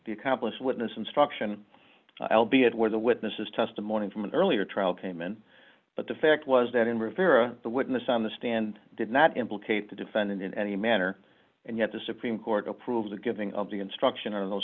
the accomplice witness instruction i'll be it where the witness's testimony from an earlier trial came in but the fact was that in rivera the witness on the stand did not implicate the defendant in any manner and yet the supreme court approves of giving instruction on those